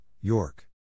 York